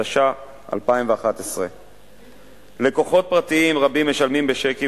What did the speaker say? התשע"א 2011. לקוחות פרטיים רבים משלמים בצ'קים